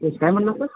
काय म्हणाला सर